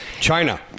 China